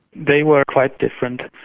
they were quite different.